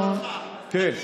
אני אתקן אותך.